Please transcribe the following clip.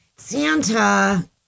Santa